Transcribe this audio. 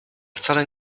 wcale